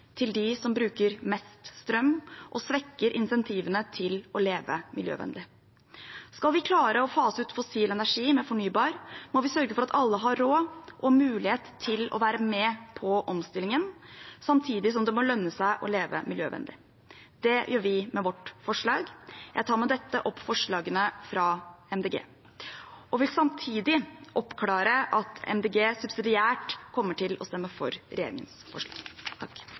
til dem som bruker mest strøm, og svekker insentivene til å leve miljøvennlig. Skal vi klare å fase ut fossil energi med fornybar, må vi sørge for at alle har råd og mulighet til å være med på omstillingen samtidig som det må lønne seg å leve miljøvennlig. Det gjør vi med vårt forslag. Jeg tar med dette opp forslaget fra Miljøpartiet De Grønne. Samtidig vil jeg oppklare at Miljøpartiet De Grønne subsidiært kommer til å stemme for regjeringens forslag.